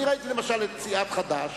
אני ראיתי למשל את סיעת חד"ש,